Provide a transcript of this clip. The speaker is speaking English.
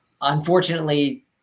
Unfortunately